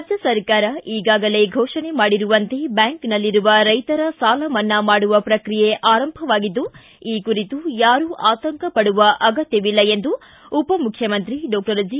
ರಾಜ್ಯ ಸರ್ಕಾರ ಈಗಾಗಲೇ ಘೋಷಣೆ ಮಾಡಿರುವಂತೆ ಬ್ಯಾಂಕ್ನಲ್ಲಿರುವ ರೈತರ ಸಾಲ ಮನ್ನಾ ಮಾಡುವ ಪ್ರಕ್ರಿಯೆ ಆರಂಭವಾಗಿದ್ದು ಈ ಕುರಿತು ಯಾರು ಆತಂಕ ಪಡುವ ಅಗತ್ಯವಿಲ್ಲ ಎಂದು ಉಪಮುಖ್ಯಮಂತ್ರಿ ಡಾಕ್ಷರ್ ಜಿ